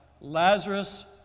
Lazarus